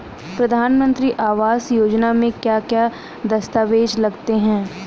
प्रधानमंत्री आवास योजना में क्या क्या दस्तावेज लगते हैं?